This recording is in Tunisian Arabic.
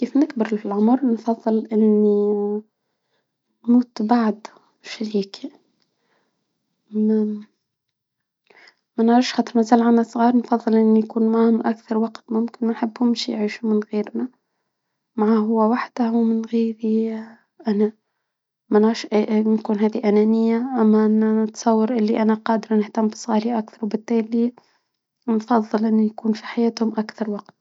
كيف منكبر فالعمر منفضل اني مت بعد شريكي منعرف مزال انا صغار اني نكون معاهم اكثر وقت ممكن نحبهمش يعيشو من غيرنا مع هو وحده من غيري انا مناش هادي ممكن انانية اما نتصور اللي انا قادرة نهتم بصالي اكتر وبالتالي نفضل انه يكون في حياتهم اكثر وقت